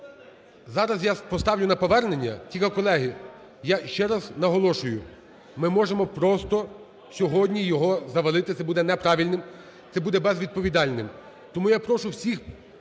зараз я поставлю на повернення. Т ільки, колеги, я ще раз наголошую, ми можемо просто сьогодні його завалити, це буде неправильним, це буде безвідповідальним. Тому я прошу всіх